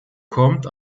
kommt